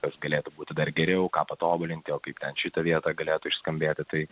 kas galėtų būti dar geriau ką patobulinti o kaip tad šita vieta galėtų ir skambėtų tai